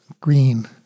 Green